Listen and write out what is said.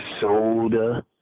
soda